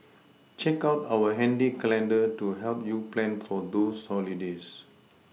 check out our handy calendar to help you plan for those holidays